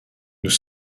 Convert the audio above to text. nous